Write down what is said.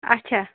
اچھا